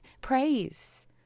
praise